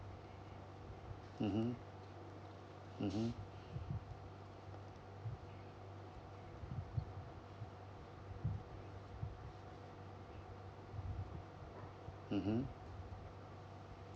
mmhmm mmhmm mmhmm